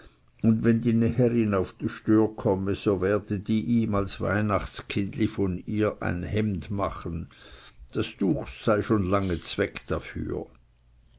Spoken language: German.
und wenn die näherin auf die stör komme so werde die ihm als weihnachtskindli von ihr ein hemd machen das tuch sei schon lange zweg dafür